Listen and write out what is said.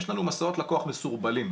יש לנו מסעות לקוח מסורבלים,